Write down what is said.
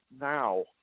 now